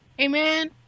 amen